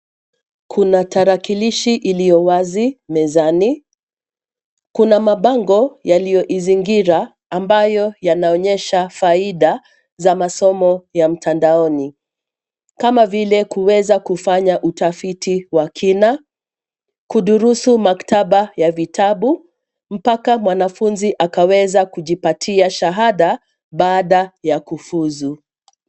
Kuna tarakilishi iliyo wazi mezani. Kuna mabango yaliyoizingira ambayo yanaonyesha faida za masomo ya mtandaoni kama vile kuweza kufanya utafiti wa kina, kudurusu maktaba ya vitabu mpaka mwanafunzi akaweza kujipatia shahada baada ya kufuzu.